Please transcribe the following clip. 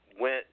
went